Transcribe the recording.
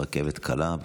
רכבת קלה.